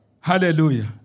Hallelujah